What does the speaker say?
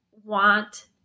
want